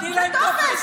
אתם פוגעים בהם.